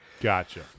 Gotcha